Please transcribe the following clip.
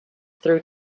through